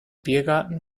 biergarten